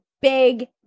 big